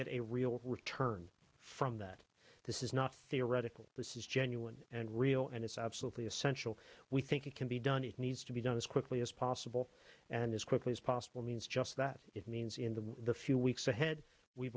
get a real return from that this is not theoretical this is genuine and real and it's absolutely essential we think it can be done it needs to be done as quickly as possible and as quickly as possible means just that it means in the the few weeks ahead we